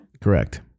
Correct